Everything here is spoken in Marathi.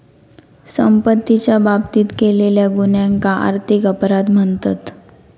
संपत्तीच्या बाबतीत केलेल्या गुन्ह्यांका आर्थिक अपराध म्हणतत